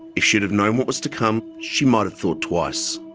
if she'd have known what was to come, she might have thought twice.